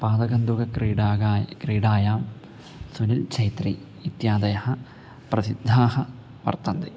पादकन्दुकक्रीडायां क्रीडायां सुनिलछैत्री इत्यादयः प्रसिद्धाः वर्तन्ते